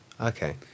Okay